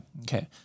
Okay